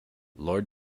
lord